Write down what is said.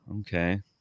okay